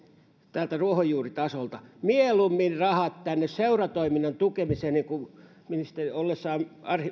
täältä ruohonjuuritasolta mieluummin rahat seuratoiminnan tukemiseen niin kuin edustaja arhinmäen ollessa